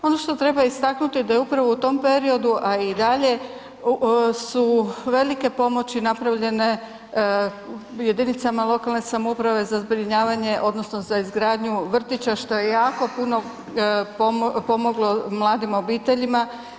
Ono što treba istaknuti da je upravo u tom periodu, a i dalje, su velike pomoći napravljene jedinicama lokalne samouprave za zbrinjavanje odnosno za izgradnju vrtića što je jako puno pomoglo mladim obiteljima.